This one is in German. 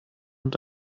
und